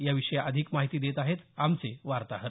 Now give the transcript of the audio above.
याविषयी अधिक माहिती देत आहेत आमचे वार्ताहर